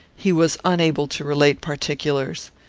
he was unable to relate particulars.